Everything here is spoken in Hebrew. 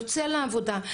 יוצא לעבודה,